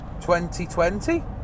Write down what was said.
2020